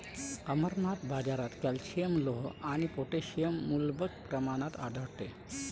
अमरनाथ, बाजारात कॅल्शियम, लोह आणि पोटॅशियम मुबलक प्रमाणात आढळते